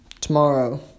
tomorrow